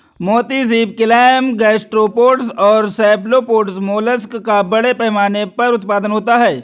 मोती सीप, clam, gastropods और सेफलोपोड्स मोलस्क का बड़े पैमाने पर उत्पादन होता है